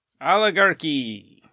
Oligarchy